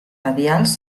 radials